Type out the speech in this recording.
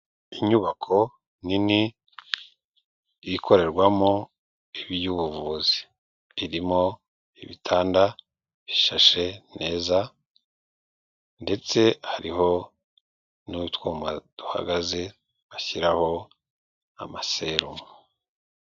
Inyubako nini ikorerwamo iby'ubuvuzi, irimo ibitanda bishashe neza ndetse hariho n'utwuma duhagaze bashyiraho amaserumu.